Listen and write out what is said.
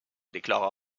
déclara